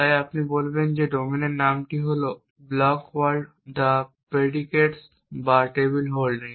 তাই আপনি বলবেন যে ডোমেইন নাম হল ব্লক ওয়ার্ল্ড দ্য প্রিডিকেটস বা টেবিল হোল্ডিং